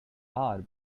are